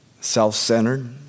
self-centered